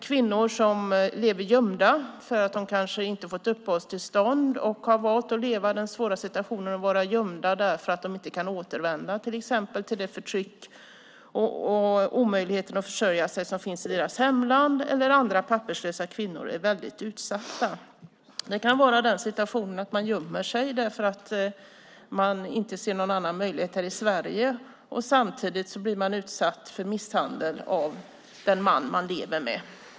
Kvinnor som lever gömda för att de kanske inte har fått uppehållstillstånd och har valt att leva i den svåra situationen att vara gömda därför att de inte kan återvända till exempel till det förtryck och den omöjliga situation att försörja sig som finns i deras hemland eller andra papperslösa kvinnor är väldigt utsatta. De kan vara i den situationen att de gömmer sig därför att de inte ser någon annan möjlighet i Sverige. Samtidigt blir de utsatta för misshandel av den man som de lever med.